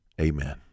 Amen